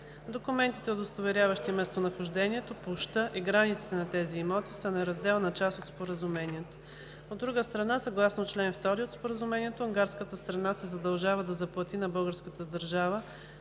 Документите, удостоверяващи местонахождението, площта и границите на тези имоти са неразделна част от Споразумението. От друга страна, съгласно чл. 2 от Споразумението, унгарската страна се задължава да заплати на българската държава